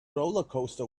rollercoaster